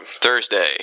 Thursday